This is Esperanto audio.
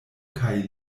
kaj